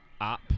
app